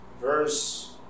verse